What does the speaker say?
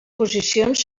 posicions